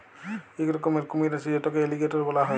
ইক রকমের কুমির আছে যেটকে এলিগ্যাটর ব্যলা হ্যয়